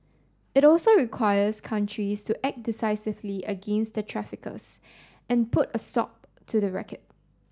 it also requires countries to act decisively against the traffickers and put a stop to the racket